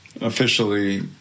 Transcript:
officially